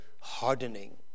hardening